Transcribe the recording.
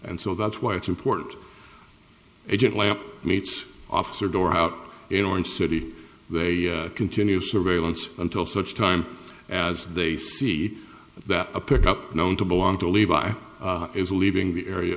and so that's why it's important agent lamp meets officer door out in orange city they continue surveillance until such time as they see that a pickup known to belong to levi is leaving the area